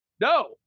No